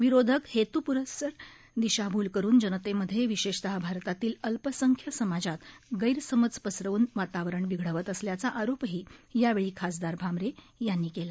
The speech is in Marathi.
विरोधक हेतुपुरस्कर दिशाभूल करून जनतेमध्ये विशेषतः भारतातील अल्पसंख्यांक समाजात गैरसमज पसरवून वातावरण बिघडवत असल्याचा आरोपही यावेळी खासदार भामरे यांनी केला